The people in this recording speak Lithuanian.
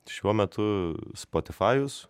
šiuo metu spotifajus